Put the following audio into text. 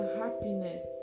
happiness